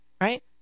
right